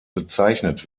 bezeichnet